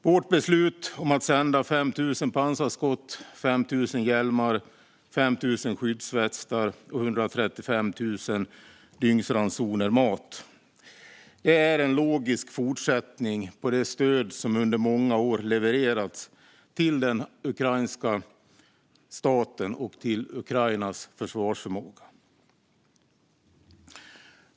Vårt beslut att sända 5 000 pansarskott, 5 000 hjälmar, 5 000 skyddsvästar och 135 000 dygnsransoner mat är en logisk fortsättning på det stöd som under många år levererats till den ukrainska staten och till Ukrainas försvarsförmåga.